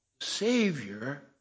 Savior